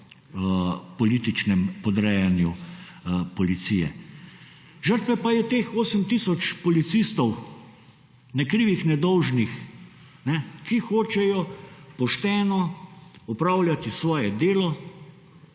političnem podrejanju policije. Žrtve pa je teh 8 tisoč policistov, ne krivih, ne dolžnih, ki hočejo pošteno opravljati svoje delo,